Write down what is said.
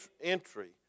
entry